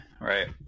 right